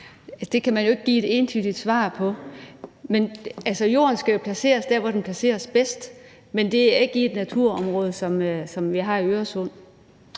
Det kan man jo ikke give et entydigt svar på. Men altså, jorden skal jo placeres der, hvor den placeres bedst, men det er ikke i et naturområde, som vi har i Øresund.